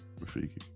Rafiki